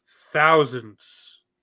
thousands